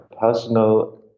personal